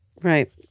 Right